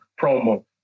promo